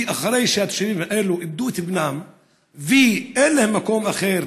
אחרי שהתושבים האלו איבדו את בנם ואין להם מקום אחר,